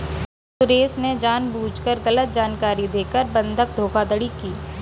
सुरेश ने जानबूझकर गलत जानकारी देकर बंधक धोखाधड़ी की